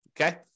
Okay